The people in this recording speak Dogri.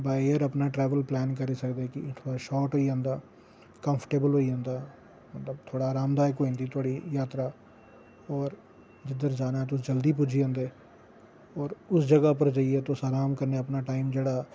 बाय एयर अपना ट्रैवल पलैन करी सकदे हो शोयर होर्ई जंदा कम्फर्टेबल होई जंदा मतलव थोह्ड़ी आरामदायक होई जंदी थोह्ड़ी यात्रा होर जिद्धर जाना तुस जलदी पुज्जी जंदे होर उस जगह् जाइयै तुस आराम कन्नै अपना टाईम जेह्ड़ा ऐ